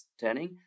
turning